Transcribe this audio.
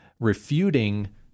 refuting